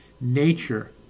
nature